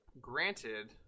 granted